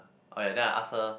oh ya then I ask her